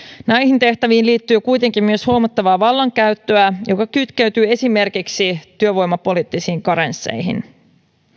näihin tehtäviin liittyy kuitenkin myös huomattavaa vallankäyttöä joka kytkeytyy esimerkiksi työvoimapoliittisiin karensseihin